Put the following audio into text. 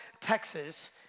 Texas